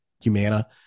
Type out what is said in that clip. Humana